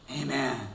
Amen